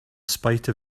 spite